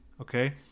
Okay